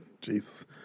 Jesus